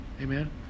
Amen